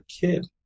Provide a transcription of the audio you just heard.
kid